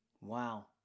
Wow